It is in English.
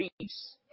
peace